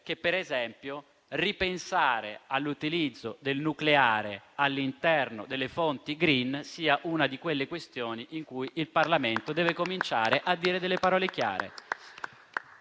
che, ad esempio, ripensare all'utilizzo del nucleare all'interno delle fonti *green* sia una di quelle questioni su cui il Parlamento deve cominciare a dire delle parole chiare.